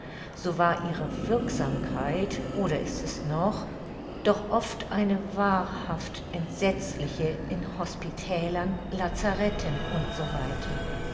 so war ihre wirksamkeit oder ist es noch doch oft eine wahrhaft entsetzliche in hospitälern lazarethen u s